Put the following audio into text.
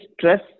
stress